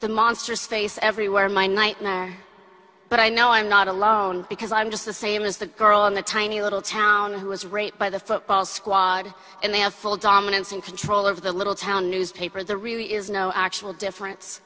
the monstrous face everywhere my nightmare but i know i'm not alone because i'm just the same as the girl in the tiny little town who was raped by the football squad and they have full dominance and control of the little town newspaper the really is no actual difference